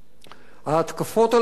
ההתקפות על התקשורת